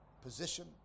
position